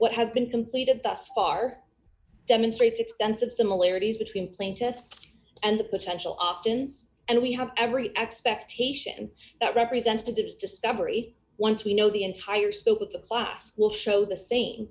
what has been completed thus far demonstrates extensive similarities between plaintiffs and the potential options and we have every expectation that representatives discovery once we know the entire spoke with the class will show the same